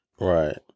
Right